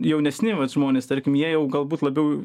jaunesni žmonės tarkim jie jau galbūt labiau